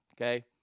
Okay